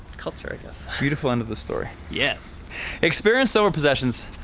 culture i guess. a beautiful end of the story. yeah experiences over possessions.